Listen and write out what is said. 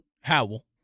Howell